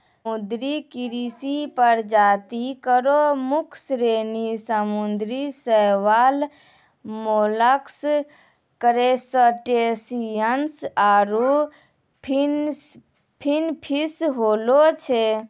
समुद्री कृषि प्रजाति केरो मुख्य श्रेणी समुद्री शैवाल, मोलस्क, क्रसटेशियन्स आरु फिनफिश होय छै